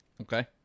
Okay